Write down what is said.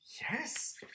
Yes